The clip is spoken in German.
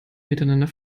miteinander